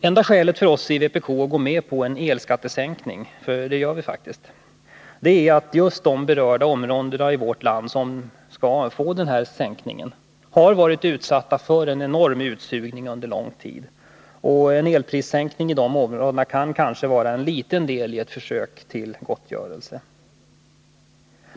Enda skälet för oss i vpk att gå med på en elskattesänkning — för det gör vi faktiskt — är att just de områden av vårt land som skall få denna sänkning har varit utsatta för en enorm utsugning under lång tid, och elprissänkningen kan kanske vara en liten del i ett försök till gottgörelse.